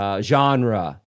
genre